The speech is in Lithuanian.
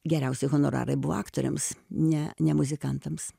geriausi honorarai buvo aktoriams ne ne muzikantams